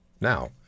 Now